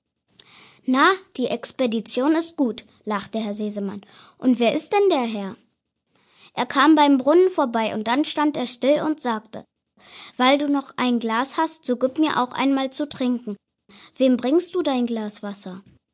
na die expedition ist gut lachte herr sesemann und wer ist denn der herr er kam beim brunnen vorbei und dann stand er still und sagte weil du doch ein glas hast so gib mir auch einmal zu trinken wem bringst du dein glas wasser